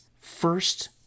first